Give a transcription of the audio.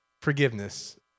forgiveness